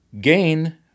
Gain